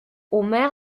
omer